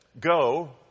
Go